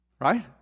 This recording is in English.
Right